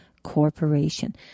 corporation